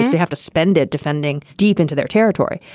you have to spend it defending deep into their territory.